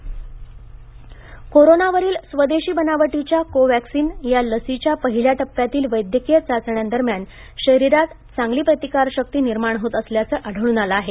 Covaxin corona वरील स्वदेशी बनावटीच्या कोवॅक्सीन या लशीच्या पहिल्या टप्प्यातील वैद्यकीय चाचण्यांदरम्यान शरीरात चांगली प्रतिकारशक्ती निर्माण होत असल्याचं आढळून आलं आहे